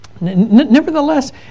Nevertheless